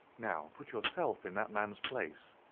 now put yourself in that man's place.